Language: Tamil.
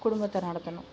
குடும்பத்தை நடத்தணும்